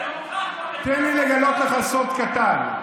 תן לי לגלות לך סוד קטן.